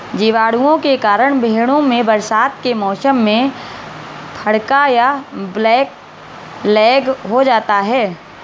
जीवाणुओं के कारण भेंड़ों में बरसात के मौसम में फड़का या ब्लैक लैग हो जाता है